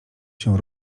się